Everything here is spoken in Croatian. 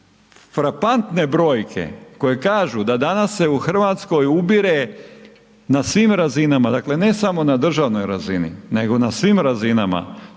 frapantne brojke koje kažu da danas se u Hrvatskoj ubire na svim razinama, dakle ne samo na državnoj razini nego na svim razinama